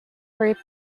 were